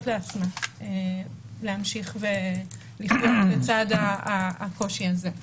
לעצמה להמשיך לחיות לצד הקושי הזה.